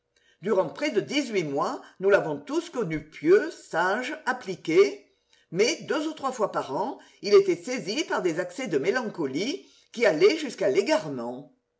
durant près de dix-huit mois nous l'avons tous connu pieux sage appliqué mais deux ou trois fois par an il était saisi par des accès de mélancolie qui allaient jusqu'à l'égarement